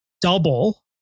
double